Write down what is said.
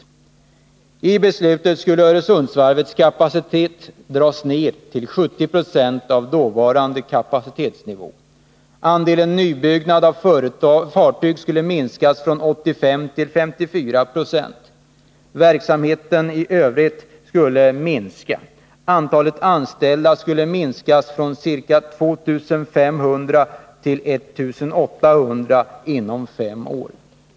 Enligt beslutet skulle Öresundsvarvets kapacitet dras ner till 70 96 av den dåvarande kapaciteten. Andelen nybyggnation av fartyg skulle minskas från 85 till 54 20 och verksamheten i övrigt minska. Antalet anställda skulle minskas från ca 2 500 till 1 800 inom fem år.